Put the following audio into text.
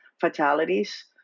fatalities